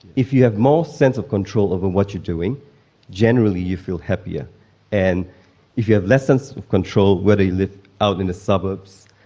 if you have more sense of control over what you are doing generally you feel happier and if you have less sense of control whether you live out in the suburbs,